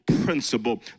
principle